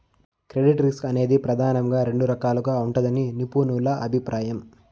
credit risk అనేది ప్రెదానంగా రెండు రకాలుగా ఉంటదని నిపుణుల అభిప్రాయం